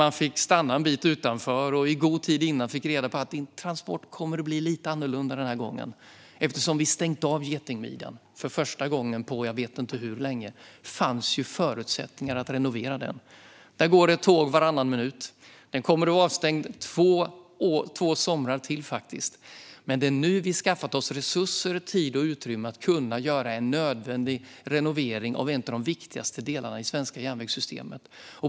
Man fick stanna en bit utanför och fick i god tid reda på att ens transport skulle bli lite annorlunda denna gång eftersom getingmidjan stängts av. För första gången på jag vet inte hur länge fanns förutsättningar att renovera den. Där går ett tåg varannan minut. Den kommer att vara avstängd två somrar till, men det är nu vi skaffat oss resurser, tid och utrymme att göra en nödvändig renovering av en av de viktigaste delarna i det svenska järnvägssystemet.